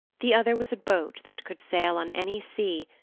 the other was a boat that could sail on any sea,